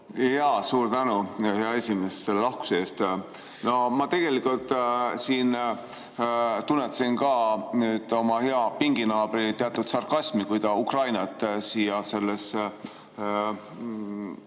Suur tänu, hea esimees, selle lahkuse eest! Ma tegelikult siin tunnetasin ka oma hea pinginaabri teatud sarkasmi, kui ta Ukrainat siia sellesse